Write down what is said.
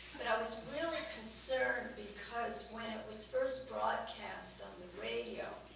but i was really concerned because when it was first broadcast on the radio,